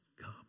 come